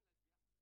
כל בן אדם נשא,